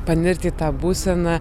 panirti į tą būseną